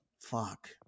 Fuck